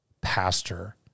pastor